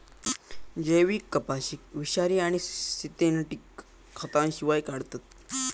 जैविक कपाशीक विषारी आणि सिंथेटिक खतांशिवाय काढतत